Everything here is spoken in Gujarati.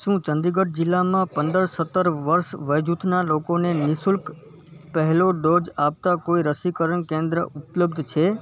શું ચંદીગઢ જિલ્લામાં પંદર સત્તર વર્ષ વયજૂથના લોકોને નિઃશુલ્ક પહેલો ડોઝ આપતાં કોઈ રસીકરણ કેન્દ્ર ઉપલબ્ધ છે